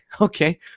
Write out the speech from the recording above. okay